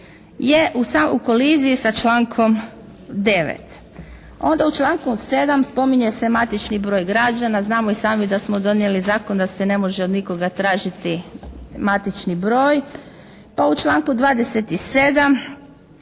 je u koliziji sa člankom 9. Onda u članku 7. spominje se matični broj građana. Znamo i sami da smo donijeli zakon da se ne može od nikoga tražiti matični broj. Pa u članku 27.